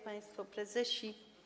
Państwo Prezesi!